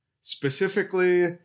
Specifically